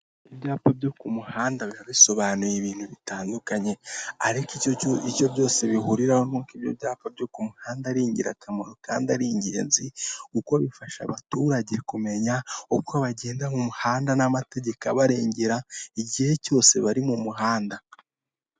Ibyapa byo ku muhanda biba bisobanuye ibintu bitandukanye ariko icyo byose bihuriraho n'uko ibyo byapa byo ku muhanda ari ingirakamaro kandi ari ingenzi, kuko bifasha abaturage kumenya uko bagenda mu muhanda n'amategeko abarengera igihe cyose bari mu muhanda.